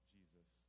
Jesus